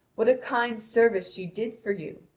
what a kind service she did for you!